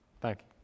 Thank